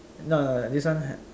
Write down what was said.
no this one has